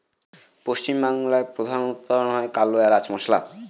পশ্চিম বাংলায় প্রধান উৎপাদন হয় কালো এলাচ মসলা